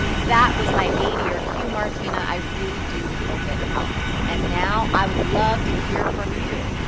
that was my a to your q martina, i really do hope it helps. and now i would love to hear from you.